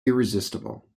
irresistible